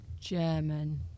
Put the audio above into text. German